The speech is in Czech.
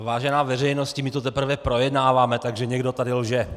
Vážená veřejnosti, my to teprve projednáváme, takže někdo tady lže!